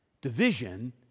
Division